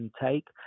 take